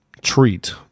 treat